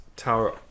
Tower